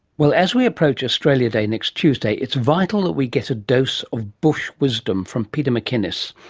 well as we approach australia day next tuesday it's vital that we get a dose of bush wisdom from peter macinnis.